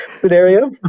scenario